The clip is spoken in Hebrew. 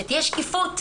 שתהיה שקיפות?